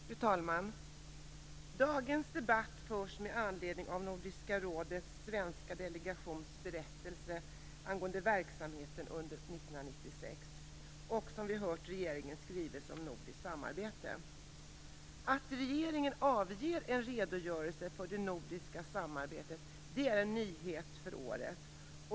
Fru talman! Dagens debatt förs med anledning av Nordiska rådets svenska delegations berättelse angående verksamheten under 1996 och regeringens skrivelse om nordiskt samarbete 1996. Att regeringen avger en redogörelse för det nordiska samarbetet är en nyhet för året.